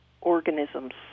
organisms